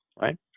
right